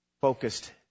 focused